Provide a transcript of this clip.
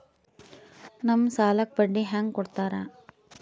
ನಮ್ ಸಾಲಕ್ ಬಡ್ಡಿ ಹ್ಯಾಂಗ ಕೊಡ್ತಾರ?